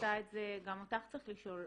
גם אותך צריך לשאול